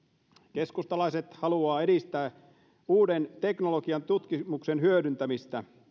keskustalaiset haluavat edistää uuden teknologian tutkimuksen hyödyntämistä